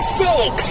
six